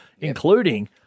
including